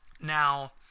now